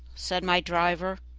said my driver,